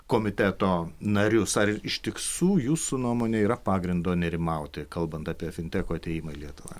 komiteto narius ar ištiksų jūsų nuomone yra pagrindo nerimauti kalbant apie fintecho atėjimą į lietuvą